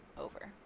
over